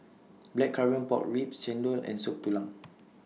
Blackcurrant Pork Ribs Chendol and Soup Tulang